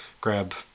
grab